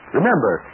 Remember